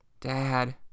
Dad